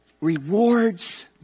rewards